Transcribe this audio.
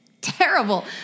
terrible